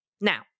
Now